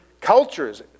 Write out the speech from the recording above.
cultures